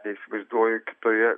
neįsivaizduoju kitoje